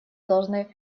должны